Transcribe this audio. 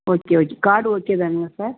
okay okay card okay தானுங்க sir